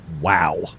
Wow